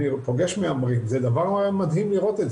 אני הרגשתי שהוא מדבר עלי.